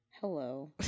Hello